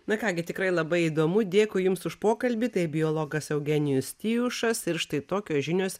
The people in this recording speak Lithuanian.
na ką gi tikrai labai įdomu dėkui jums už pokalbį tai biologas eugenijus tijušas ir štai tokios žinios